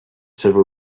civil